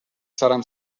سرم